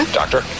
doctor